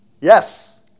Yes